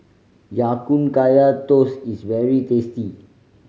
Ya Kun Kaya Toast is very tasty